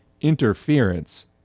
interference